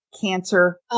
cancer